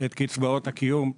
את קצבאות הקיום.